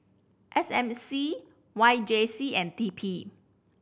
S M C Y J C and T P